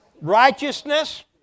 Righteousness